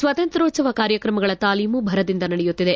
ಸ್ವಾತಂತ್ರ್ಯೋತ್ಸವ ಕಾರ್ಯಕ್ರಮಗಳ ತಾಲೀಮು ಭರದಿಂದ ನಡೆಯುತ್ತಿದೆ